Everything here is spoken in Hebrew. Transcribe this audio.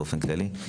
באופן כללי.